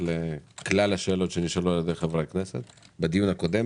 לגבי כלל השאלות ששאלו חברי הכנסת בדיון הקודם.